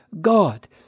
God